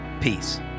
Peace